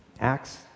Acts